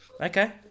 Okay